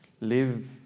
live